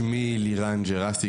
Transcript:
שמי לירן ג'רסי,